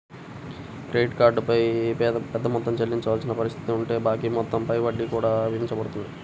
credit card పై పెద్ద మొత్తం చెల్లించవలసిన పరిస్థితి ఉంటే బాకీ మొత్తం పై వడ్డీ కూడా విధించబడుతుంది